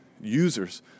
users